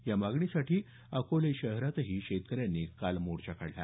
या मागणीसाठी अकोले शहरातही शेतकऱ्यांनी काल मोर्चा काढला